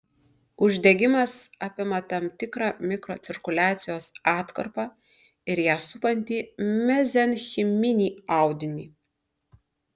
uždegimas apima tam tikrą mikrocirkuliacijos atkarpą ir ją supantį mezenchiminį audinį